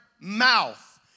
mouth